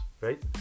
right